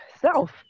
self